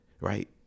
right